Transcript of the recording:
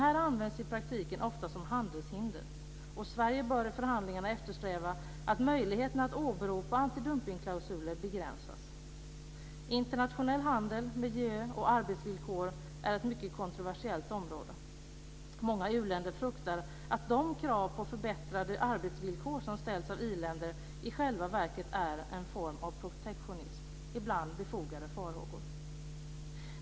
Dessa används i praktiken ofta som handelshinder. Sverige bör i förhandlingarna eftersträva att möjligheterna att åberopa antidumpningsklausuler begränsas. Internationell handel, miljö och arbetsvillkor är ett mycket kontroversiellt område. Många u-länder fruktar att de krav på förbättrade arbetsvillkor som ställs av i-länder i själva verket är en form av protektionism - ibland befogade farhågor.